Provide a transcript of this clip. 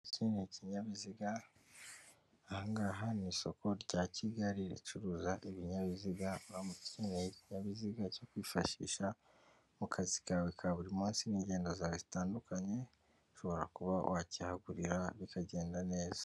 Iki ni ikinyabiziga, aha ngaha ni isoko rya Kigali ricuruza ibinyabiziga, uramutse ukeneye ikinyabiziga cyo kwifashisha mu kazi kawe ka buri munsi n'ingendo zawe zitandukanye, ushobora kuba wakihagurira bikagenda neza.